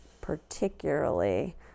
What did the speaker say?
particularly